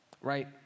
right